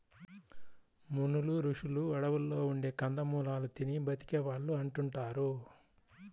మునులు, రుషులు అడువుల్లో ఉండే కందమూలాలు తిని బతికే వాళ్ళు అంటుంటారు